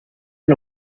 and